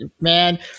man